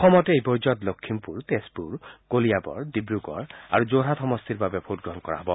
অসমত এই পৰ্যায়ত লখিমপুৰ তেজপুৰ কলিয়াবৰ ডিব্ৰুগড় আৰু যোৰহাট সমষ্টিৰ বাবে ভোটগ্ৰহণ কৰা হব